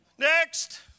Next